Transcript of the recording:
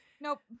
Nope